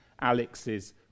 Alex's